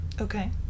Okay